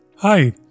Hi